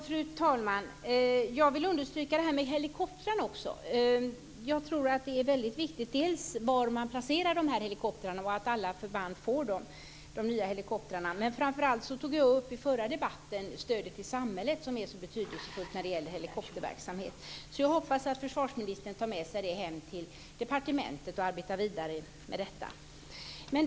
Fru talman! Jag vill understryka vikten av helikoptrarna. Det är väldigt viktigt var man placerar helikoptrarna och att alla förband får de nya helikoptrarna. I den förra debatten tog jag upp stödet till samhället som är så betydelsefullt i helikopterverksamhet. Jag hoppas att försvarsministern tar med sig det hem till departementet och arbetar vidare med detta.